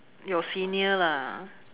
your senior lah